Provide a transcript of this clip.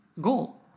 goal